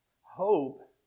Hope